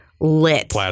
lit